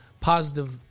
positive